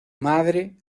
madre